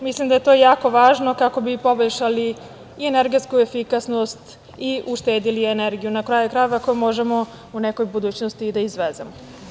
Mislim da je to jako važno kako bi poboljšali i energetsku efikasnost i uštedeli energiju, na kraju krajeva, koju možemo u nekoj budućnosti da izvezemo.